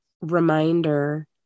reminder